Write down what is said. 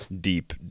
deep